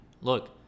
look